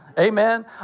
Amen